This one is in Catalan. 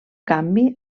canvi